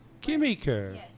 Kimiko